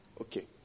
Okay